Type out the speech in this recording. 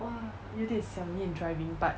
!wah! 有点想念 driving but